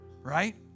Right